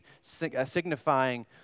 signifying